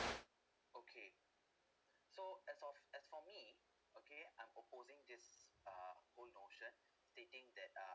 okay so as of as for me okay I'm opposing this uh whole notion stating that uh